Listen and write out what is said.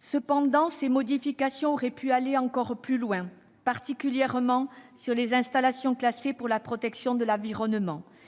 Cependant, ces modifications auraient pu aller encore plus loin, s'agissant particulièrement des installations classées pour la protection de l'environnement,